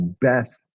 best